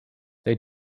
they